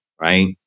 Right